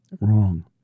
wrong